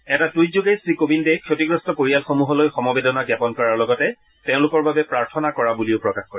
এটা টুইটযোগে শ্ৰীকোবিন্দে ক্ষতিগ্ৰস্ত পৰিয়ালসমূহলৈ সমবেদনা জাপন কৰাৰ লগতে তেওঁলোকৰ বাবে প্ৰাৰ্থনা কৰা বুলি প্ৰকাশ কৰে